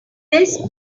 best